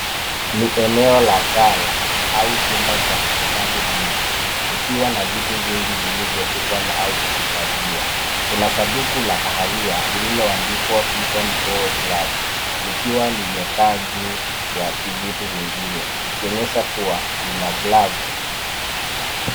Ni eneo la gala au chumba cha kuhifadhi vitu, kukiwa na vitu vingi vilivyotupwa au kuhifadhiwa. Kuna sanduku la kahawia lililoandikwa vision pro gloves ,likiwa limejaa juu ya vitu vingine .ikionyesha kuwa lina glove .